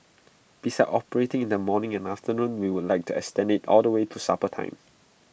besides operating in the morning and afternoon we would like to extend IT all the way to supper time